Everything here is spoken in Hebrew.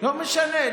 לא משנה.